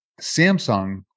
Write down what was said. Samsung